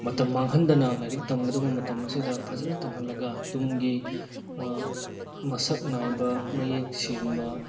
ꯃꯇꯝ ꯃꯥꯡꯍꯟꯗꯅ ꯂꯥꯏꯔꯤꯛ ꯇꯝꯒꯗꯕ ꯃꯇꯝ ꯑꯁꯤꯗ ꯐꯖꯅ ꯇꯝꯍꯜꯂꯒ ꯇꯨꯡꯒꯤ ꯃꯁꯛ ꯅꯥꯏꯕ ꯃꯌꯦꯛ ꯁꯦꯡꯕ